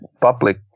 public